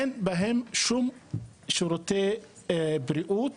אין בהם שום שירותי בריאות,